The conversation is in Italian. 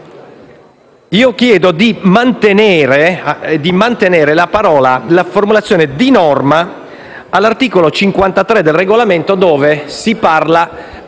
3.4 chiedo di mantenere la formulazione «di norma» all'articolo 53 del Regolamento dove si parla